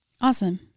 Awesome